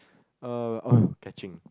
uh oh catching